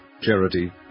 charity